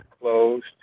closed